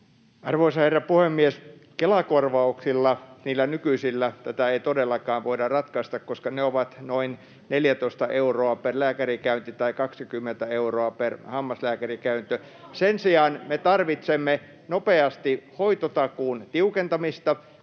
Arvoisa herra puhemies! Kela-korvauksilla, niillä nykyisillä, tätä ei todellakaan voida ratkaista, koska ne ovat noin 14 euroa per lääkärikäynti tai 20 euroa per hammaslääkärikäynti. [Juha Mäenpään välihuuto] Sen sijaan me tarvitsemme nopeasti hoitotakuun tiukentamista.